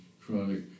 chronic